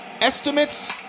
estimates